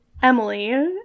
Emily